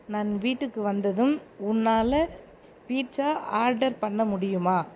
நான் வீட்டுக்கு வந்ததும் உன்னால் பீட்சா ஆர்டர் பண்ண முடியுமா